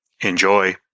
Enjoy